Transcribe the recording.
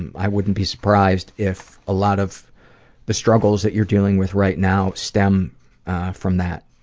and i wouldn't be surprised if a lot of the struggles that you're dealing with right now stem from that.